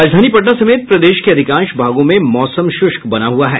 राजधानी पटना समेत प्रदेश के अधिकांश भागों में मौसम शुष्क बना हुआ है